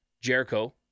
Jericho